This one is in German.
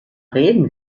reden